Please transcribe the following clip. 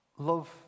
Love